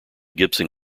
gibson